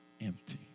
empty